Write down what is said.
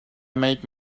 make